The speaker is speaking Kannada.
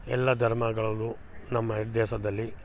ಎಲ್ಲಾ ಧರ್ಮಗಳಲ್ಲೂ ನಮ್ಮ ದೇಶದಲ್ಲಿ